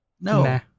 no